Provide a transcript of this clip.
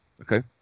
Okay